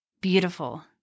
beautiful